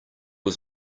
was